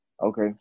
okay